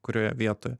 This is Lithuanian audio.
kurioje vietoje